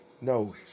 No